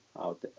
out